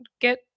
get